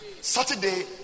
Saturday